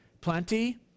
Plenty